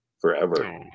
forever